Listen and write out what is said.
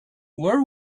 where